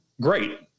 great